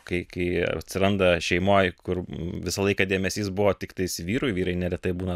kai kai atsiranda šeimoj kur visą laiką dėmesys buvo tiktais vyrui vyrai neretai būna